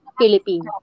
Philippines